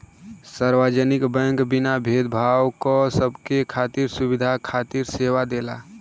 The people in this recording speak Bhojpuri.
सार्वजनिक बैंक बिना भेद भाव क सबके खातिर सुविधा खातिर सेवा देला